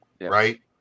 right